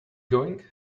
going